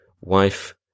wife